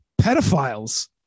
pedophiles